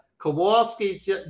Kowalski's